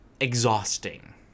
exhausting